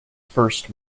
first